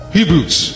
Hebrews